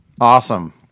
Awesome